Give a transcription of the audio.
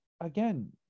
again